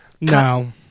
no